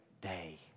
day